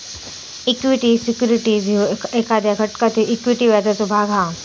equity securities ह्यो एखाद्या घटकातील इक्विटी व्याजाचो भाग हा